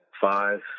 Five